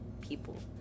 people